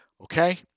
okay